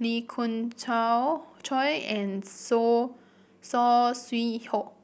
Lee Khoon Choy and So Saw Swee Hock